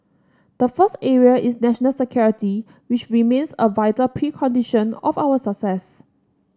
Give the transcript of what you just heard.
the first area is national security which remains a vital precondition of our success